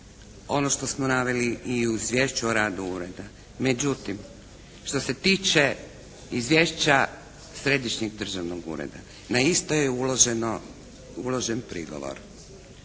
ono što smo naveli i u izvješću o radu Ureda. Međutim što se tiče izvješća Središnjeg državnog ureda na isto je uloženo,